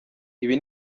ibi